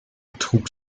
trug